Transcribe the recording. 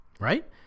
right